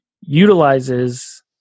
utilizes